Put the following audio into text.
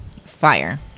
Fire